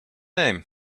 name